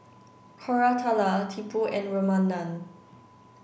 Koratala Tipu and Ramanand